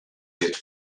you